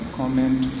comment